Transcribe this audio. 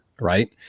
right